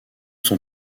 sont